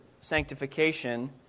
sanctification